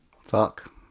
Fuck